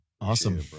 Awesome